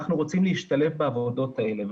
אנחנו רוצים להשתלב בעבודות האלה.